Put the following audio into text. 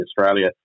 Australia